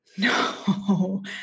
No